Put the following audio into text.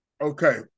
Okay